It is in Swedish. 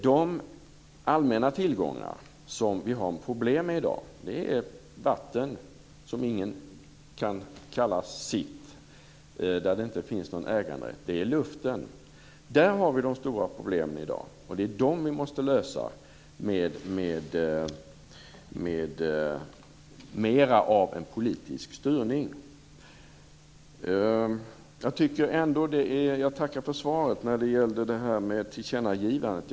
De allmänna tillgångar som vi har problem med i dag är vatten, som ingen kan kalla sitt och där det inte finns någon äganderätt, och det är luften. Där har vi de stora problemen i dag som vi måste lösa med mer av politisk styrning. Jag tackar för svaret på frågan om tillkännagivandet.